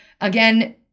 Again